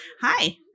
Hi